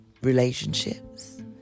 Relationships